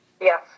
yes